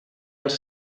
els